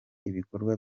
ibikorwa